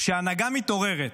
כשההנהגה מתעוררת,